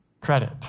credit